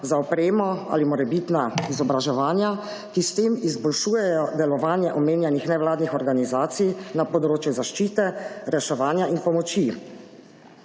za opremo ali morebitna izobraževanja, ki s tem izboljšujejo delovanje omenjenih nevladnih organizacij na področju zaščite, reševanja in pomoči.